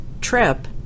trip